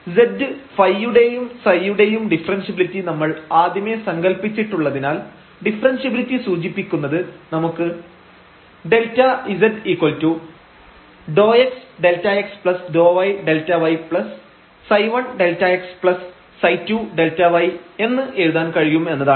z ϕ യുടെയും ψ യുടെയും differentiability നമ്മൾ ആദ്യമേ സങ്കല്പിച്ചിട്ടുള്ളതിനാൽ ഡിഫറെൻഷ്യബിലിറ്റി സൂചിപ്പിക്കുന്നത് നമുക്ക് Δz ∂x Δx ∂y Δy ψ1Δx ψ2Δy എന്ന് എഴുതാൻ കഴിയും എന്നതാണ്